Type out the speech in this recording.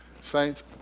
saints